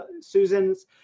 Susan's